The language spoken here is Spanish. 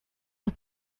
los